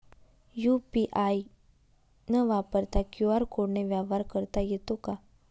UPI न वापरता QR कोडने व्यवहार करता येतो का?